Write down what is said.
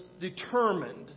determined